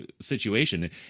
situation